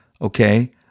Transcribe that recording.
okay